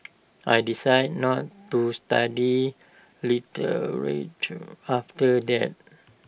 I decided not to study literature after that